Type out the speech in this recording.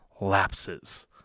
lapses